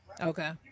Okay